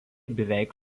beveik